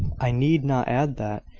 i need not add that,